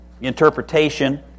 Interpretation